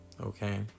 okay